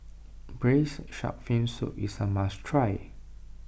Braised Shark Fin Soup is a must try